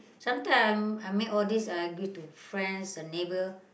sometime I made all these I give to friends and neighbour